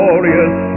Glorious